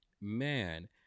Man